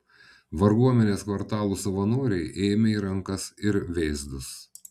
varguomenės kvartalų savanoriai ėmė į rankas ir vėzdus